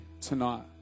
tonight